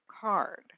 card